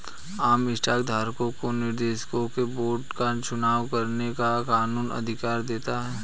आम स्टॉक धारकों को निर्देशकों के बोर्ड का चुनाव करने का कानूनी अधिकार देता है